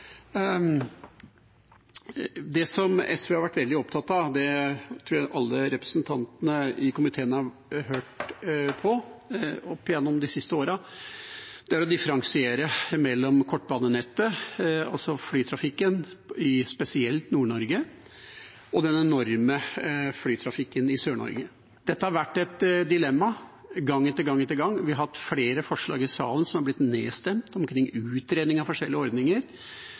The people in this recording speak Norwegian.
alle representantene i komiteen har hørt opp igjennom de siste årene, er å differensiere mellom kortbanenettet, altså flytrafikken i spesielt Nord-Norge, og den enorme flytrafikken i Sør-Norge. Dette har vært et dilemma gang etter gang etter gang. Vi har hatt flere forslag i salen om utredning av forskjellige ordninger, som har blitt nedstemt. Jeg skal komme tilbake til det i forbindelse med behandlingen av